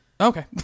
Okay